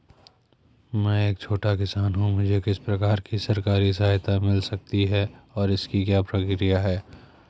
मैं एक छोटा किसान हूँ मुझे किस प्रकार की सरकारी सहायता मिल सकती है और इसकी क्या प्रक्रिया है?